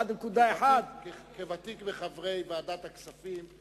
1.1. כוותיק בחברי ועדת הכספים,